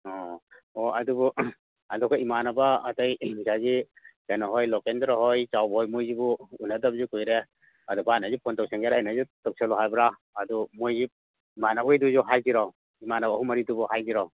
ꯑꯣ ꯑꯣ ꯑꯗꯨꯕꯨ ꯑꯗꯣ ꯑꯩꯈꯣꯏ ꯏꯃꯥꯟꯅꯕ ꯑꯇꯩ ꯑꯗꯒꯤ ꯀꯩꯅꯣꯍꯣꯏ ꯂꯣꯀꯦꯟꯗ꯭ꯔꯣ ꯍꯣꯏ ꯆꯥꯎꯕꯍꯣꯏ ꯃꯣꯏꯁꯤꯕꯨ ꯎꯅꯗꯕꯁꯨ ꯀꯨꯏꯔꯦ ꯑꯗꯣ ꯚꯥꯏꯅ ꯍꯧꯖꯤꯛ ꯐꯣꯟ ꯇꯧꯁꯤꯟꯒꯦꯔ ꯑꯩꯅ ꯍꯧꯖꯤꯛ ꯇꯧꯁꯤꯜꯂꯣ ꯍꯥꯏꯕ꯭ꯔ ꯑꯗꯨ ꯃꯣꯏꯒꯤ ꯏꯃꯥꯟꯅꯕꯈꯩꯗꯨꯁꯨ ꯍꯥꯏꯁꯤꯔꯣ ꯏꯃꯥꯟꯅꯕ ꯑꯍꯨꯝ ꯃꯔꯤꯗꯨꯕꯨ ꯍꯥꯏꯁꯤꯔꯣ